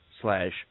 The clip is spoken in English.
slash